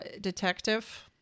detective